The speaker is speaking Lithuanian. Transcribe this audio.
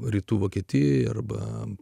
rytų vokietijoje arba